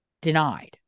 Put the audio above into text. denied